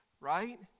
right